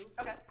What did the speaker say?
Okay